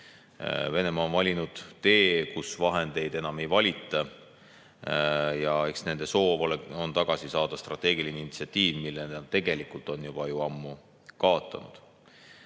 Venemaa on valinud tee, kus vahendeid enam ei valita. Eks nende soov on tagasi saada strateegiline initsiatiiv, mille nad tegelikult on juba ammu kaotanud.